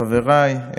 חבריי,